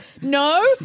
No